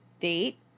date